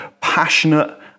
passionate